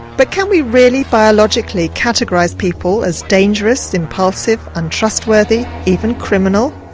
but can we really biologically categorise people as dangerous, impulsive, untrustworthy, even criminal?